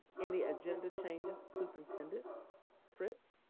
any agenda changes, superintendent fritz?